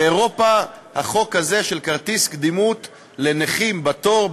באירופה החוק הזה של כרטיס קדימות לנכים בתור,